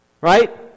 right